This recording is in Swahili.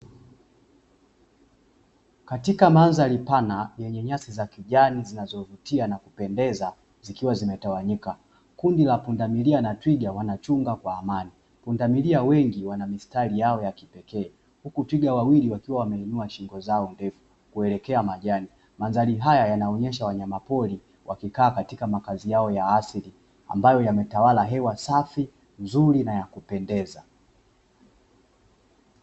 Katika mandhari pana yenye nyasi za kijani zinazovutia na kupendeza zikiwa zimetawanyika, kundi la pundamilia na twiga wanachunga kwa amani. Pundamilia wengi wana mistari yao ya kipekee huku twiga wawili wakiwa wameinua shingo zao kuelekea majani. Mandhari haya yanaonyesha wanyamapori wakikaa katika makazi yao ya asili; ambayo yametawala hewa safi, nzuri na ya kupendeza.